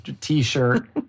t-shirt